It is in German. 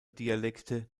dialekte